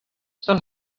sal